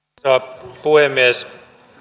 arvoisa puhemies